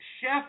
Chef